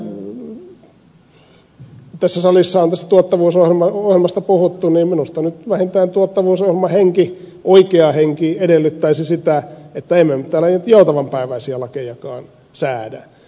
koska tässä salissa on tuottavuusohjelmasta puhuttu niin minusta nyt vähintään tuottavuusohjelman oikea henki edellyttäisi sitä että emme me nyt täällä joutavanpäiväisiä lakejakaan säädä